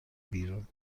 بیرون